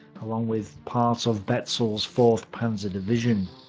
along with part of betzel's fourth panzer division.